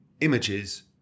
images